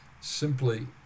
simply